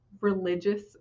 religious